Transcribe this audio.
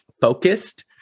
focused